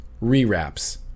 re-wraps